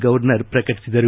governor ಪ್ರಕಟಿಸಿದರು